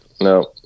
No